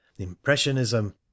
Impressionism